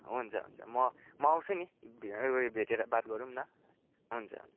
हुन्छ हुन्छ म म आउँछु नि भेटेर बात गरौँ ना हुन्छ हुन्छ